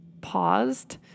paused